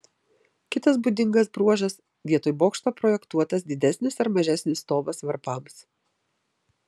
kitas būdingas bruožas vietoj bokšto projektuotas didesnis ar mažesnis stovas varpams